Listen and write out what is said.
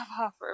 offer